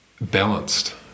balanced